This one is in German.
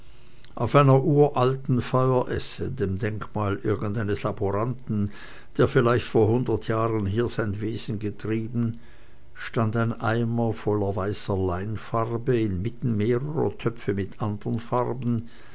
auf einer uralten feueresse dem denkmal irgendeines laboranten der vielleicht vor hundert jahren hier sein wesen getrieben stand ein eimer voll weißer leimfarbe inmitten mehrerer töpfe mit anderen farben